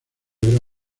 era